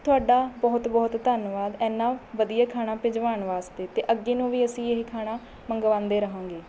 ਤੁਹਾਡਾ ਬਹੁਤ ਬਹੁਤ ਧੰਨਵਾਦ ਐਨਾਂ ਵਧੀਆ ਖਾਣਾ ਭਿਜਵਾਉਣ ਵਾਸਤੇ ਅਤੇ ਅੱਗੇ ਨੂੰ ਵੀ ਅਸੀਂ ਇਹ ਖਾਣਾ ਮੰਗਵਾਉਂਦੇ ਰਹਾਂਗੇ